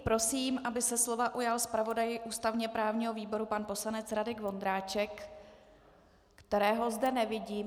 Prosím, aby se ujal slova zpravodaj ústavněprávního výboru pan poslanec Radek Vondráček kterého zde nevidím.